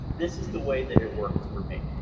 this is the way that it works for me.